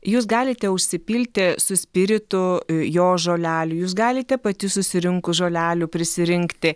jūs galite užsipilti su spiritu jos žolelių jūs galite pati susirinkus žolelių prisirinkti